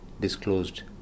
disclosed